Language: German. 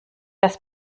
das